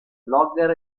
blogger